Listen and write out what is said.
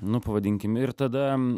nu pavadinkim ir tada